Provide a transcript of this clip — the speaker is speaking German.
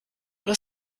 oder